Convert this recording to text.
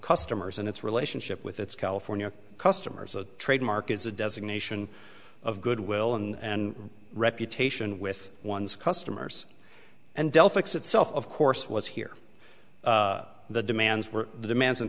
customers and its relationship with its california customers a trademark is a designation of good will and reputation with one's customers and dell fix itself of course was here the demands were demands and